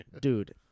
dude